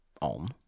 on